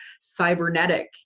cybernetic